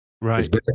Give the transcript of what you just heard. right